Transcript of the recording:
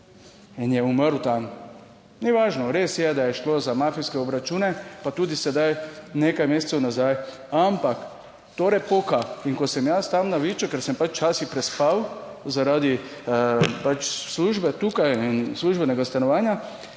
in je umrl tam, ni važno. Res je, da je šlo za mafijske obračune, pa tudi sedaj, nekaj mesecev nazaj, ampak torej poka in ko sem jaz tam na Viču, ker sem pač včasih prespal zaradi službe tukaj in službenega stanovanja,